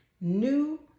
New